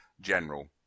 general